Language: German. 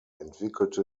entwickelte